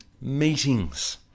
Meetings